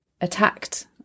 attacked